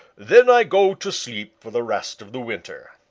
then i go to sleep for the rest of the winter.